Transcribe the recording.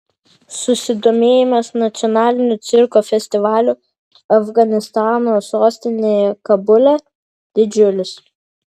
susidomėjimas nacionaliniu cirko festivaliu afganistano sostinėje kabule didžiulis